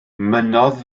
mynnodd